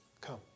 Come